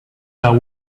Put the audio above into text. that